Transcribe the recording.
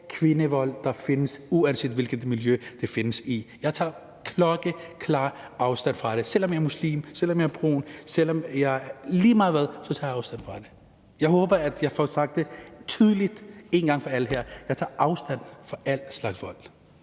kvindevold, der findes, uanset hvilket miljø det findes i. Jeg tager klokkeklart afstand fra det, selv om jeg er muslim, selv om jeg er brun – lige meget hvad, så tager jeg afstand fra det. Jeg håber, at jeg har fået sagt det tydeligt en gang for alle her: Jeg tager afstand fra al slags vold.